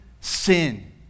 sin